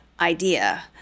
idea